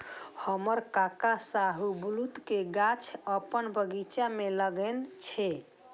हमर काका शाहबलूत के गाछ अपन बगीचा मे लगेने छै